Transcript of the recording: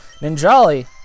Ninjali